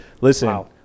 Listen